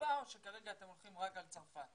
באירופה או שכרגע אתם הולכים רק על צרפת?